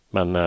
Men